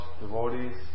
devotees